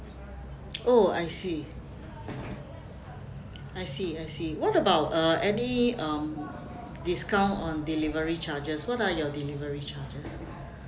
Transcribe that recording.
oh I see I see I see what about err any um discount on delivery charges what are your delivery charges